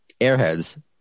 Airheads